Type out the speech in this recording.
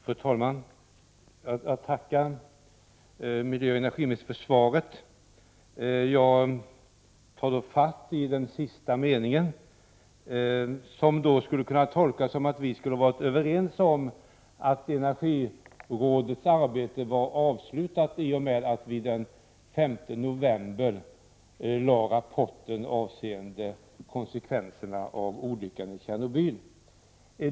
Fru talman! Jag tackar miljöoch energiministern för svaret. Jag tar fasta på den sista meningen i svaret, som skulle kunna tolkas som att vi varit överens om att energirådets arbete var avslutat i och med att vi den 5 november 1986 lade fram rapporten avseende konsekvenser av olyckan i Tjernobyl.